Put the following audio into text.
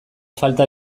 falta